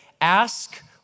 ask